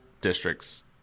district's